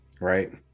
Right